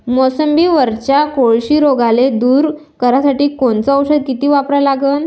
मोसंबीवरच्या कोळशी रोगाले दूर करासाठी कोनचं औषध किती वापरा लागन?